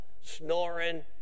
snoring